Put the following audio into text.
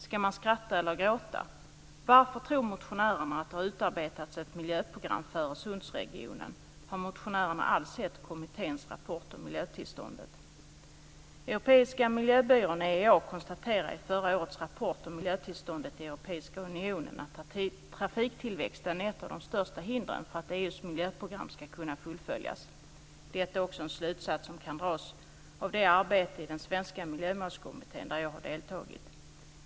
Ska man skratta eller gråta? Varför tror motionärerna att det har utarbetats ett miljöprogram för Öresundsregionen? Har motionärerna alls sett kommitténs rapport om miljötillståndet? Den europeiska miljöbyrån EEA konstaterar i förra årets rapport om miljötillståndet i Europeiska unionen att trafiktillväxten är ett av de största hindren för att EU:s miljöprogram ska kunna fullföljas. Det är också en slutsats som kan dras av det arbete i den svenska miljömålskommittén där jag har deltagit.